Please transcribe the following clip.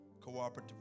cooperative